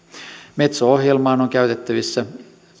metso ohjelmaan on käytettävissä